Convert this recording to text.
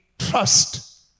Trust